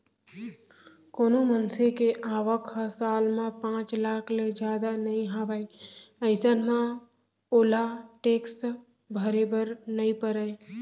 कोनो मनसे के आवक ह साल म पांच लाख ले जादा नइ हावय अइसन म ओला टेक्स भरे बर नइ परय